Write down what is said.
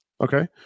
okay